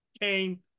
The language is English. came